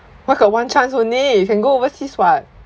why got one chance only you can go overseas [what]